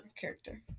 character